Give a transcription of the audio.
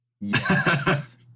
Yes